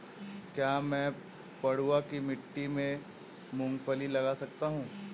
क्या मैं पडुआ की मिट्टी में मूँगफली लगा सकता हूँ?